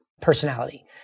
personality